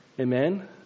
Amen